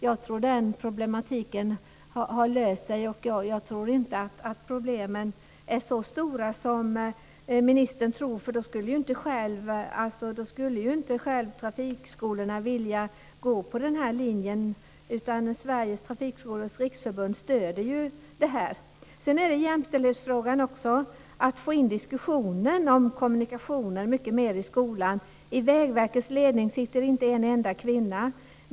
Jag tror att den problematiken har löst sig. Jag tror inte att problemen är så stora som ministern tror, för då skulle inte trafikskolorna själva vilja gå på den här linjen. Sveriges trafikskolors riksförbund stöder ju förslaget. Sedan är det också jämställdhetsfrågan. Det gäller att få in diskussionen om kommunikation mycket mer i skolan. I Vägverkets ledning sitter inte en enda kvinna.